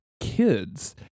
kids